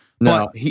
No